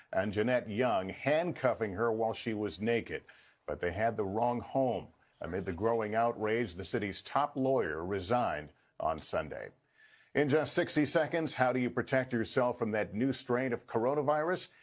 anjanette young, handcuffing her while she was naked but they had the wrong home amid the growing outrage the city's top lawyer resigned on sunday in just sixty seconds how do you protect yourself from the new strain of coronavirus?